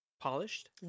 polished